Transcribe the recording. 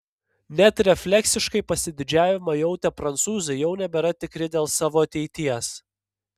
net refleksiškai pasididžiavimą jautę prancūzai jau nebėra tikri dėl savo ateities